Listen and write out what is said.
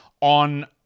on